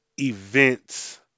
events